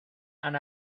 han